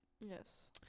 Yes